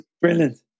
brilliant